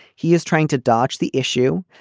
he is trying to dodge the issue.